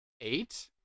Eight